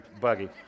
buggy